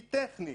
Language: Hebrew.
היא טכנית.